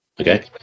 okay